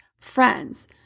friends